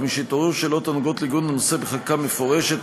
אך משהתעוררו שאלות הנוגעות בעיגון הנושא בחקיקה מפורשת,